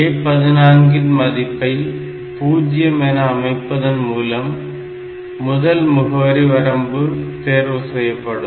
A14 இன் மதிப்பை 0 என அமைப்பதன் மூலம் முதல் முகவரி வரம்பு தேர்வு செய்யப்படும்